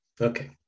okay